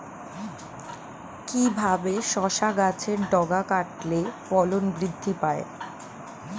কিভাবে শসা গাছের ডগা কাটলে ফলন বৃদ্ধি পায়?